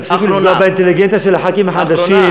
תפסיקו לפגוע באינטליגנציה של הח"כים החדשים.